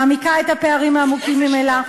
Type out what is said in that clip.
מעמיקה את הפערים העמוקים ממילא,